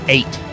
Eight